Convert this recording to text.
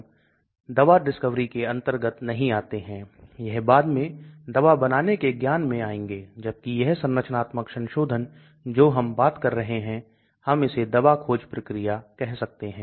तो दवा के पैरामीटर या दवा के संरचनात्मक गुण क्या दवा की संरचनात्मक विशेषताएं है जो घुलनशीलता और पारगम्यता निर्धारित करती हैं